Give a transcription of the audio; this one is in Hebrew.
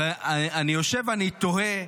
אבל אני יושב ואני תוהה,